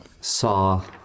saw